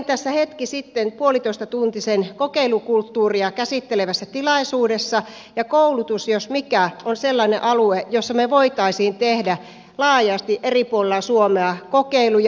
olin hetki sitten puolitoistatuntisen kokeilukulttuuria käsittelevässä tilaisuudessa ja koulutus jos mikä on sellainen alue jolla me voisimme tehdä laajasti eri puolilla suomea kokeiluja